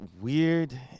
weird